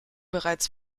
bereits